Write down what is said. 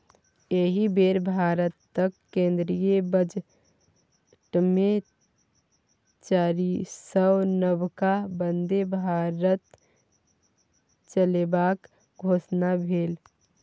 एहि बेर भारतक केंद्रीय बजटमे चारिसौ नबका बन्दे भारत चलेबाक घोषणा भेल